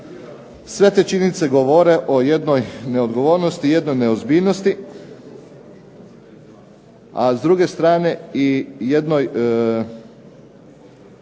Sve te činjenice govore o jednoj neodgovornosti, jednoj neozbiljnosti, a s druge strane i jednom